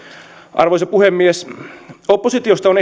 arvoisa puhemies oppositiosta on